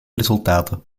resultaten